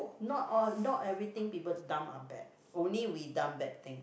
not all not everything people dump are bad only we dump bad things